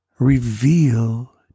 Reveal